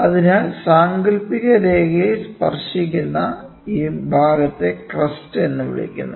അതിനാൽ സാങ്കൽപ്പിക രേഖയിൽ സ്പർശിക്കുന്ന ഈ ഭാഗത്തെ ക്രെസ്റ് എന്ന് വിളിക്കുന്നു